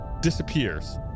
disappears